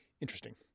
interesting